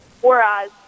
Whereas